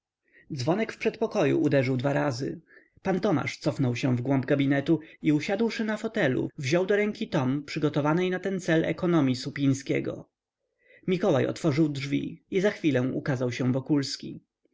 dzwonek w przedpokoju uderzył dwa razy pan tomasz cofnął się w głąb gabinetu i usiadłszy na fotelu wziął do rąk tom przygotowanej na ten cel ekonomii supińskiego mikołaj otworzył drzwi i za chwilę ukazał się wokulski a